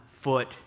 foot